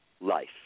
life